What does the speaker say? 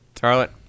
Charlotte